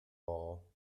all